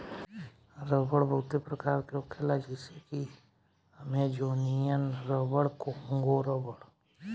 रबड़ बहुते प्रकार के होखेला जइसे कि अमेजोनियन रबर, कोंगो रबड़